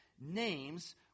names